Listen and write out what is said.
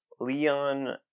Leon